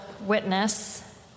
witness